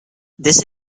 this